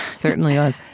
certainly was.